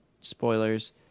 spoilers